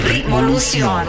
Revolution